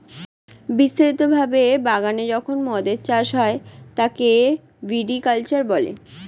বিস্তারিত ভাবে বাগানে যখন মদের চাষ হয় তাকে ভিটি কালচার বলে